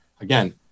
Again